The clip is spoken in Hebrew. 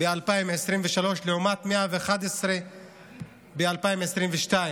ב-2023 לעומת 111 ב-2022.